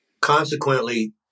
consequently